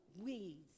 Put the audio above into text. weeds